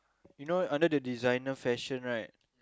you know under the designer fashion right